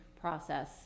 process